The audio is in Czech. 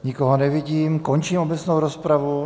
Nikoho nevidím, končím obecnou rozpravu.